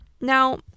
Now